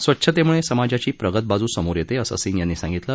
स्वच्छतेमुळे समाजाची प्रगत बाजू समोर येते असं सिंग यांनी सांगितलं